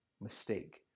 mistake